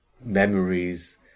memories